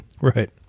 Right